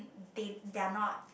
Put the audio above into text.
they their not